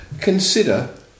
consider